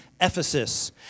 Ephesus